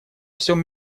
всем